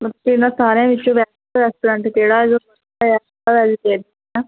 ਇਹਨਾਂ ਸਾਰਿਆਂ ਵਿੱਚੋਂ ਬੈਸਟ ਰੈਸਟੋਰੈਂਟ ਕਿਹੜਾ ਹੈ